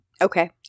Okay